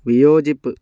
വിയോജിപ്പ്